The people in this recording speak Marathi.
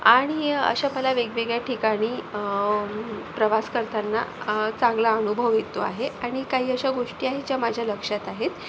आणि अशा मला वेगवेगळ्या ठिकाणी प्रवास करताना चांगला अनुभव येतो आहे आणि काही अशा गोष्टी आहेत ज्या माझ्या लक्षात आहेत